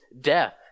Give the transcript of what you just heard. death